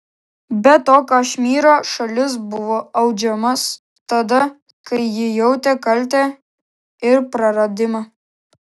be to kašmyro šalis buvo audžiamas tada kai ji jautė kaltę ir praradimą